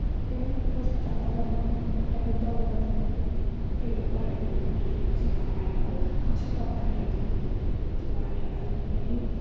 ꯑꯦꯅꯤ hospital ꯑꯃꯗ ꯑꯩꯈꯣꯏꯅ admit ꯇꯧꯕ ꯃꯇꯝꯗ ꯍꯥꯏꯗꯤ ꯐ꯭ꯔꯤ ꯂꯣꯏꯅ ꯑꯣꯏꯔꯛꯑꯅꯤꯕ ꯍꯥꯏꯗꯤ ꯍꯛꯁꯦꯜ ꯀꯥꯠ ꯄꯥꯏꯔꯕꯅꯤꯅ ꯑꯗꯣ ꯍꯛꯁꯦꯜ ꯀꯥꯠ ꯄꯥꯏꯗ꯭ꯔꯗꯤ ꯍꯥꯏꯗꯤ ꯑꯗꯨꯛꯀꯤ ꯃꯇꯤꯛ ꯋꯥꯅꯩ ꯑꯗꯨꯅ ꯍꯥꯏꯗꯤ